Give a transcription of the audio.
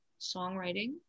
songwriting